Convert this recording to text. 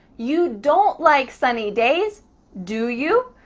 you don't like sunny days do you?